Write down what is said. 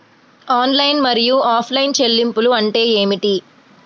Online మరియు offline చెల్లింపులు అంటే ఏమిటి?